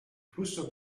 flusso